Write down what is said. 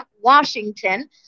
Washington